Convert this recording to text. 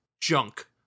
junk